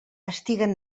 estiguen